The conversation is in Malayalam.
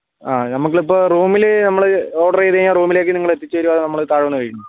ആ നമ്മൾക്കിപ്പോൾ റൂമിൽ നമ്മൾ ഓർഡർ ചെയ്തുകഴിഞ്ഞാൽ റൂമിലേക്ക് നിങ്ങൾ എത്തിച്ചുതരുമോ അതോ നമ്മൾ താഴെ വന്ന് കഴിക്കണോ